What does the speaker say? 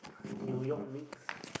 New York Knicks